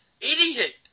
idiot